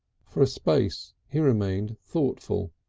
for a space he remained thoughtful.